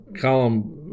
column